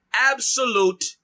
absolute